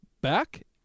back